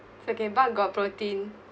bar got protein